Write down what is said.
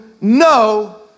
no